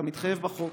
כמתחייב בחוק.